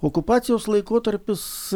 okupacijos laikotarpis